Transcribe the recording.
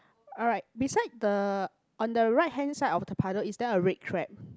alright beside the on the right hand side of the puddle is there a red crab